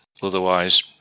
Otherwise